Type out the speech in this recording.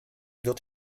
wird